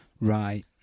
Right